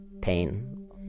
pain